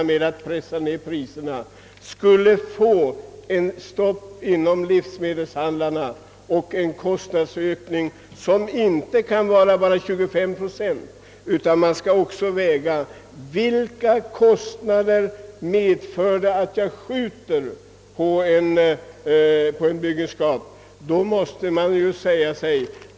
Blir det däremot under en tid stopp för byggande av sådana hallar uppstår en kostnadsökning som inte stannar vid 25 procent; vi måste nämligen ta hänsyn också till de kostnader som blir följden av att byggandet uppskjutes.